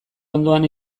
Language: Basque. ondoan